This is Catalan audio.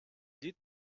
llit